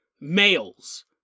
males